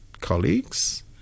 colleagues